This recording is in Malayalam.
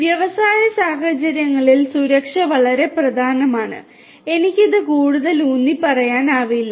വ്യവസായ സാഹചര്യങ്ങളിൽ സുരക്ഷ വളരെ പ്രധാനമാണ് എനിക്ക് ഇത് കൂടുതൽ ഉന്നിപ്പറയാനാവില്ല